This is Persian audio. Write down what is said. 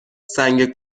سنگ